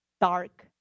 dark